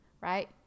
right